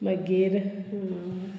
मागीर